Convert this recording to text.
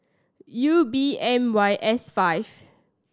U B M Y S five